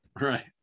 Right